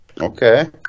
Okay